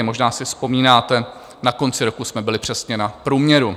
Možná si vzpomínáte, na konci roku jsme byli přesně na průměru.